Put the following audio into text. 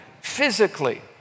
physically